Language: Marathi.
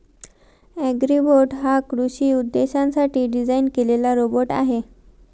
अॅग्रीबोट हा कृषी उद्देशांसाठी डिझाइन केलेला रोबोट आहे